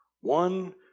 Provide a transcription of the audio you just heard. One